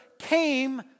came